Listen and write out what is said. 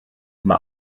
mae